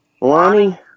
Lonnie